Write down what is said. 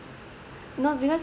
no because